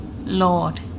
Lord